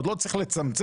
עוד לא צריך לצמצם,